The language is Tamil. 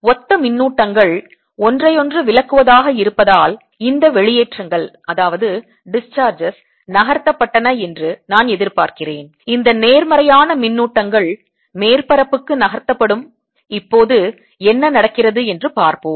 ஒத்த மின்னூட்டங்கள் ஒன்றை ஒன்று விலக்குவதாக இருப்பதால் இந்த வெளியேற்றங்கள் நகர்த்தப்பட்டன என்று நான் எதிர்பார்க்கிறேன் இந்த நேர்மறையான மின்னூட்டங்கள் மேற்பரப்புக்கு நகர்த்தப்படும் இப்போது என்ன நடக்கிறது என்று பார்ப்போம்